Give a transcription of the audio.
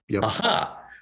Aha